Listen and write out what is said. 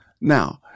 Now